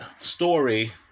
story